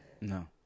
No